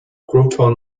groton